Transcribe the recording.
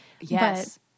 yes